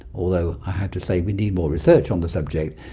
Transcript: although i have to say we need more research on the subject,